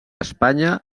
espanya